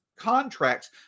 contracts